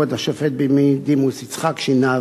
כבוד השופט בדימוס יצחק שנהב,